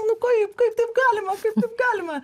nu kaip kaip taip galima kaip taip galima